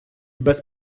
без